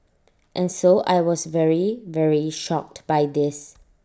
and so I was very very shocked by this